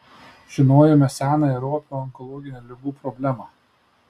žinojome seną ir opią onkologinių ligų problemą